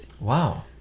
Wow